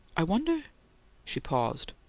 i wonder she paused.